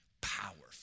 powerful